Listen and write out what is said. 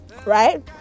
Right